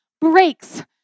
breaks